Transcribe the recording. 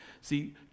See